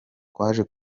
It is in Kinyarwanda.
twaje